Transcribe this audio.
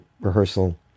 rehearsal